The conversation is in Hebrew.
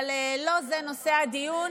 אבל לא זה נושא הדיון,